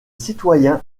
citoyens